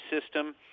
system